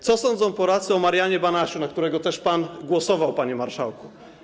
Co sądzą Polacy o Marianie Banasiu, na którego też pan głosował, panie marszałku?